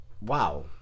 wow